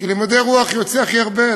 כי ממדעי הרוח יוצא הכי הרבה.